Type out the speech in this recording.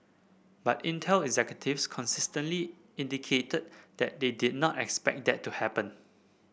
but Intel executives consistently indicated that they did not expect that to happen